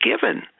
given